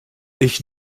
ich